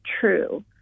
true